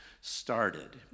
started